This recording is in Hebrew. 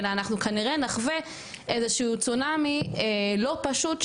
אלא אנחנו כנראה נחווה איזה שהוא צונאמי לא פשוט,